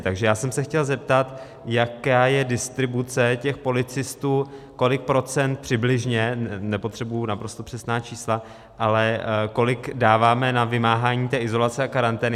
Takže já jsem se chtěl zeptat, jaká je distribuce těch policistů, kolik procent přibližně nepotřebuji naprosto přesná čísla dáváme na vymáhání té izolace a karantény.